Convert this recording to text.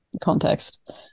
context